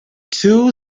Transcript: two